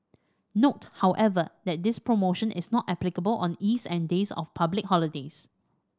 note however that this promotion is not applicable on eves and days of public holidays